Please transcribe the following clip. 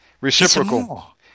Reciprocal